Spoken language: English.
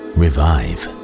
revive